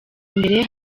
imbere